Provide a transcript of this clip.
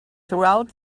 throughout